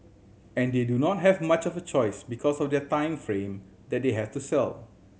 and they do not have much of a choice because of their time frame that they have to sell